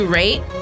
rate